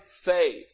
faith